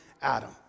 Adam